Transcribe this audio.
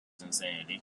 insanity